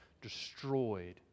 destroyed